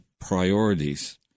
priorities